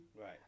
Right